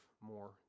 more